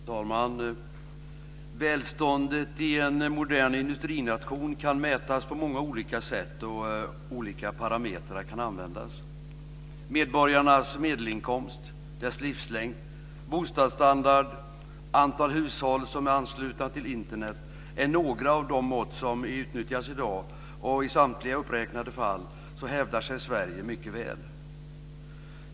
Fru talman! Välståndet i en modern industrination kan mätas på många olika sätt, och olika parametrar kan användas. Medborgarnas medelinkomst, deras livslängd och bostadsstandard samt antal hushåll som är anslutna till Internet är några av de mått som utnyttjas i dag. I samtliga uppräknade fall hävdar sig Sverige mycket väl.